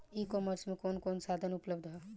ई कॉमर्स में कवन कवन साधन उपलब्ध ह?